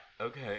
Okay